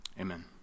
Amen